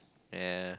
ya